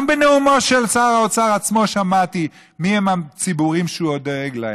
גם בנאומו של שר האוצר עצמו שמעתי מיהם הציבורים שהוא דואג להם,